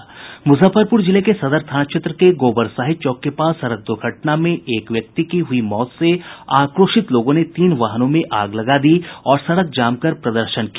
मुजफ्फरपुर जिले के सदर थाना क्षेत्र के गोबरसाही चौक के पास सड़क दुर्घटना में एक व्यक्ति की हुयी मौत से आक्रोशित लोगों ने तीन वाहनों में आग लगा दी और सड़क जाम कर प्रदर्शन किया